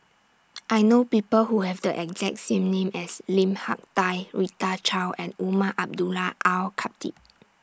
I know People Who Have The exact name as Lim Hak Tai Rita Chao and Umar Abdullah Al Khatib